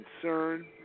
concern